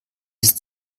ist